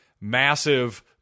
massive